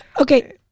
Okay